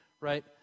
Right